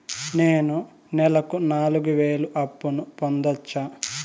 నేను నెలకు నాలుగు వేలు అప్పును పొందొచ్చా?